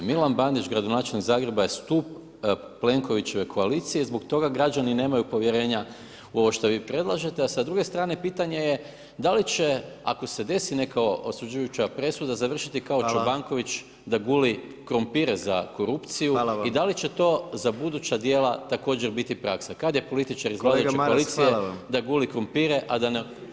Milan Bandić gradonačelnik Zagreba je stup Plenkovićeve koalicije i zbog toga građani nemaju povjerenja u ovo što vi predlažete, a sa druge strane pitanje je dali će ako se desi neka osuđujuća presuda završiti kao Čobanković da guli krumpire [[Upadica Predsjednik: Hvala]] za korupcije i dali će to za buduća dijela također biti praksa, [[Upadica Predsjednik: Kolega Maras hvala vam]] kad je političar iz vladajuće koalicije da guli krumpire a da ne…